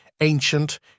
ancient